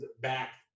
back